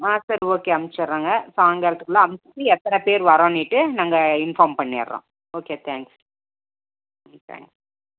ஆ சரி ஓகே அனுப்ச்சிர்றோங்க சாய்ங்காலத்துக்குள்ளே அனுப்பிச்சி எத்தனை பேர் வரோம்னிட்டு நாங்கள் இன்ஃபார்ம் பண்ணிடுறோம் ஓகே தேங்க்ஸ் ம் தேங்க்ஸ்